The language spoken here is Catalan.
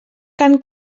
carn